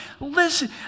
Listen